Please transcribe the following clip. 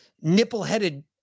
nipple-headed